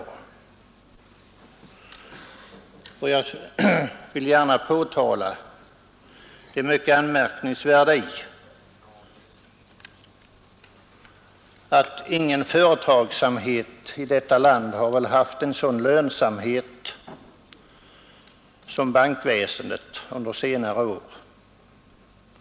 Jag vill gärna påtala det mycket anmärkningsvärda i att kanske ingen annan företagsamhet i detta land har haft en sådan lönsamhet som bankväsendet under senare år.